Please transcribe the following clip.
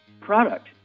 product